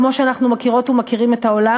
כמו שאנחנו מכירות ומכירים את העולם,